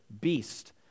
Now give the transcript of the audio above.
beast